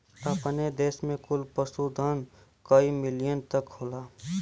अपने देस में कुल पशुधन कई मिलियन तक होला